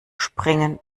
springen